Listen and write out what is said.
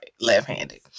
Left-handed